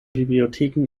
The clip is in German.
bibliotheken